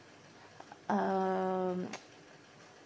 um